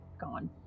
gone